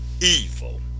evil